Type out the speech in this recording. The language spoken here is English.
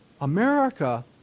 America